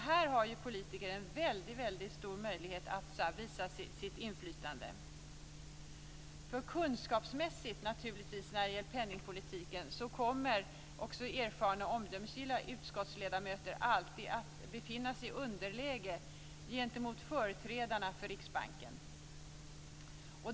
Här har politikerna en stor möjlighet att visa sitt inflytande. Kunskapsmässigt kommer, i fråga om penningpolitiken, också erfarna omdömesgilla utskottsledamöter alltid att befinna sig i underläge gentemot företrädarna för Riksbanken.